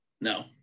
No